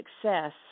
success